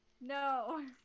No